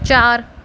चार